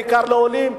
בעיקר לעולים.